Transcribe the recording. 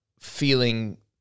feeling